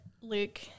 Luke